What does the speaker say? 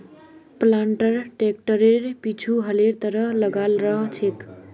planter ट्रैक्टरेर पीछु हलेर तरह लगाल रह छेक